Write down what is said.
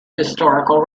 historical